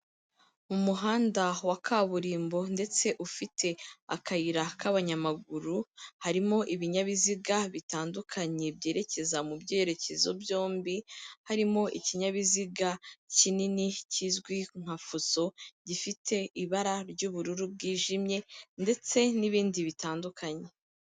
Umuhanda wa kaburimbo ndetse ufite akayira k'abanyamaguru, harimo ibinyabiziga bitandukanye byerekeza mu byerekezo byombi, harimo ikinyabiziga kinini kizwi nka fuso gifite ibara ry'ubururu bwijimye ndetse n'ibindi bitandukanye.